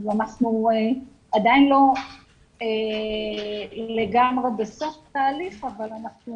אנחנו עדיין לא לגמרי בסוף התהליך, אבל אנחנו